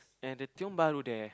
and the Tiong-Bahru there